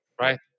right